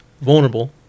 vulnerable